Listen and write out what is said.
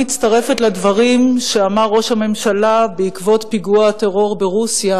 מצטרפת לדברים שאמר ראש הממשלה בעקבות פיגוע הטרור ברוסיה,